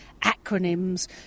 acronyms